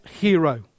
hero